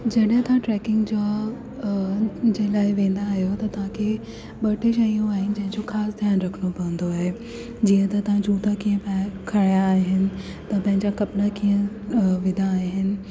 जॾहिं तव्हां ट्रेकिंग जो अ जे लाइ वेंदा आयो त तव्हांखे ॿ टे शयूं आहिनि जंहिंजो ख़ासि ध्यानु रखिणो पवंदो आहे जीअं त तव्हां जूता कीअं पाया खया आहिनि तव्हां पंहिंजा कपिड़ा कीअं विधा आहिनि